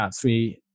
three